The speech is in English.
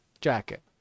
jacket